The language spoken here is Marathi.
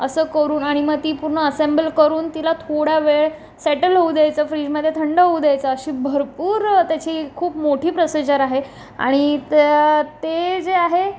असं करून आणि म ती पूर्ण असेंबल करून तिला थोडा वेळ सेटल होऊ द्यायचं फ्रीजमधे थंड होऊ द्यायचं अशी भरपूर त्याची खूप मोठी प्रोसिजर आहे आणि ते जे आहे